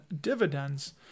dividends